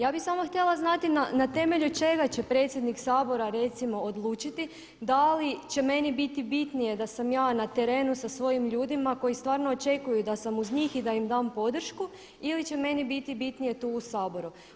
Ja bih samo htjela znati na temelju čega će predsjednik Sabora recimo odlučiti da li će meni biti bitnije da sam ja na terenu sa svojim ljudima koji stvarno očekuju da sam uz njih i da im dam podršku ili će meni biti bitnije tu u Saboru.